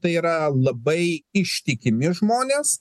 tai yra labai ištikimi žmonės